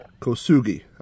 Kosugi